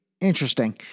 Interesting